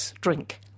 drink